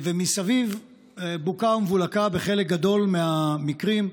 מסביב בוקה ומבולקה בחלק גדול מהמקרים,